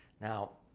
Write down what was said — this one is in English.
now,